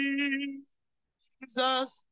Jesus